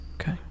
Okay